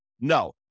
No